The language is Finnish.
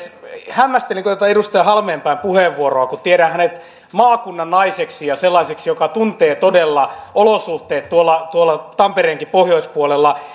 hämmästelin tuota edustaja halmeenpään puheenvuoroa kun tiedän hänet maakunnan naiseksi ja sellaiseksi joka tuntee todella olosuhteet tampereenkin pohjoispuolella